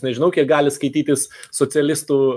nežinau kiek gali skaitytis socialistų